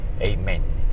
Amen